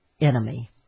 enemy